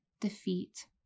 defeat